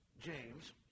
James